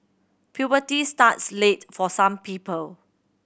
puberty starts late for some people